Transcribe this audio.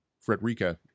Frederica